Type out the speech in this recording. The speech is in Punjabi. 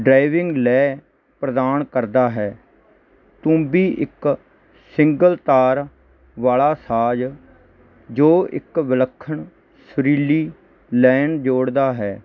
ਡਰਾਈਵਿੰਗ ਲੈ ਪ੍ਰਦਾਨ ਕਰਦਾ ਹੈ ਤੁੰਬੀ ਇੱਕ ਸਿੰਗਲ ਤਾਰ ਵਾਲਾ ਸਾਜ ਜੋ ਇੱਕ ਵਿਲੱਖਣ ਸੁਰੀਲੀ ਲੈਨ ਜੋੜਦਾ ਹੈ